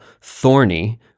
thorny